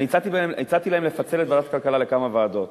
אני הצעתי להם לפצל את ועדת כלכלה לכמה ועדות.